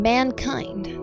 Mankind